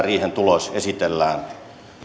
riihen tulos kokonaisuudessaan esitellään